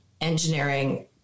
engineering